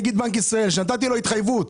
נגיד בנק ישראל שנתתי לו התחייבות.